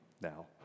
now